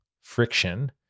friction